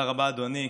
תודה רבה, אדוני.